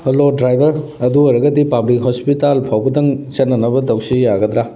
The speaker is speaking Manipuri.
ꯍꯜꯂꯣ ꯗ꯭ꯔꯥꯏꯕꯔ ꯑꯗꯨ ꯑꯣꯏꯔꯒꯗꯤ ꯄꯥꯕ꯭ꯂꯤꯛ ꯍꯣꯁꯄꯤꯇꯥꯜ ꯐꯥꯎꯕꯗꯪ ꯆꯠꯅꯅꯕ ꯇꯧꯁꯤ ꯌꯥꯒꯗ꯭ꯔꯥ